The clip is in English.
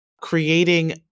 creating